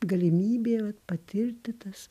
galimybė ot patirti tas